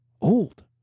old